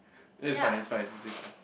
that is fine is fine is it fine